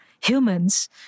humans